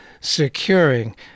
securing